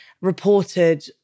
reported